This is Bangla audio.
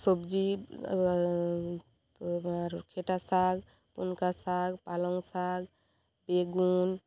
সবজি তো এবার খেটা শাক পুনকা শাক পালং শাক বেগুন